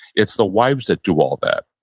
it's the wives that do all that.